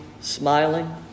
smiling